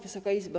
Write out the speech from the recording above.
Wysoka Izbo!